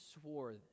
swore